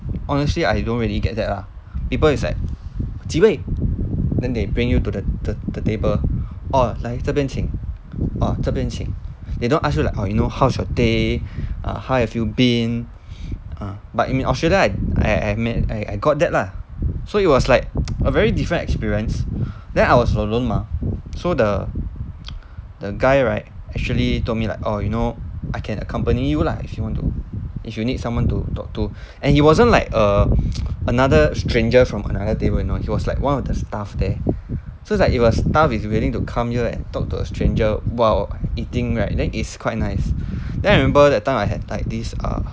honestly I don't really get that lah people it's like 几位 then they bring you to the the the table orh 来这边请 ah 这边请 they don't ask you like ah you know how's your day ah how have you been ah but in australia I I met I I got that lah so it was like a very different experience then I was alone mah so the the guy right actually told me like orh you know I can accompany you lah if you want to if you need someone to talk to and he wasn't like err another stranger from another table you know he was like one of the staff there so like it was like staff is willing to come here and talk to a stranger while eating right then it's quite nice then I remember that time I had like this ah